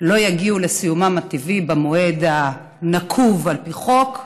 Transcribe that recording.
לא יגיעו לסיומן הטבעי במועד הנקוב על פי חוק,